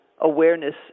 awareness